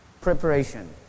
preparation